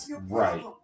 Right